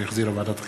שהחזירה ועדת החינוך,